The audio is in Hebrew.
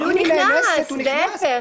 אבל הוא נכנס, להיפך.